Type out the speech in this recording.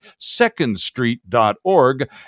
SecondStreet.org